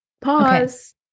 Pause